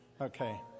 okay